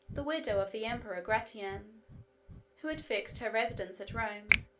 the widow of the emperor gratian, who had fixed her residence at rome,